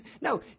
No